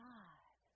God